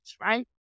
right